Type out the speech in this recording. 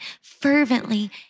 fervently